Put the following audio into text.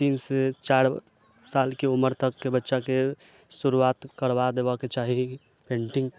तीनसँ चारि सालके उमर तकके बच्चाके शुरुआत करबा देबयके चाही पेन्टिंग